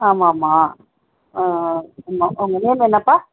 ஆமாம் ஆமாம் ஆ ஆ உங்க உங்க நேம் என்னப்பா